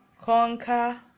conquer